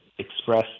express